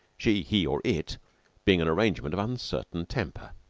she, he, or it being an arrangement of uncertain temper.